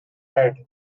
made